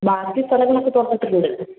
ബാക്കി സ്ഥലങ്ങളൊക്കെ തുറന്നിട്ടിട്ടുണ്ട്